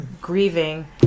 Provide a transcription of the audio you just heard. grieving